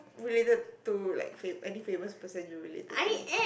related to like fa~ any famous person you related to